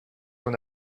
were